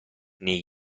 nei